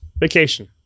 Vacation